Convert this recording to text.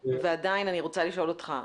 ועדיין אני רוצה לשאול אותך.